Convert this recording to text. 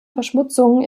verschmutzungen